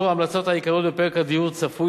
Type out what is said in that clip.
אישור ההמלצות העיקריות בפרק הדיור צפוי